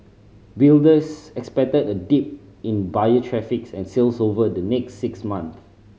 builders expected a dip in buyer traffic and sales over the next six months